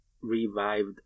revived